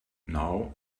now